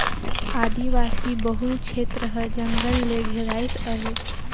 आदिवासी बहुल छेत्र हर जंगल ले घेराइस अहे